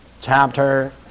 chapter